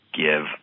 give